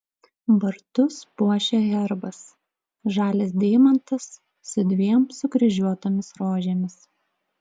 vartus puošia herbas žalias deimantas su dviem sukryžiuotomis rožėmis